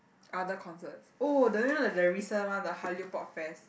other concerts oh do you know the the recent one the hallyu pop fest